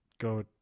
go